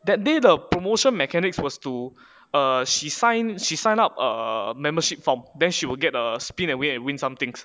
that day the promotion mechanics was to err she sign she sign up err membership form then she will get a spin the wheel and win some things